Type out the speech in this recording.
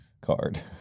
card